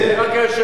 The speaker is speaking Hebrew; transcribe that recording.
רק היושב-ראש יכול.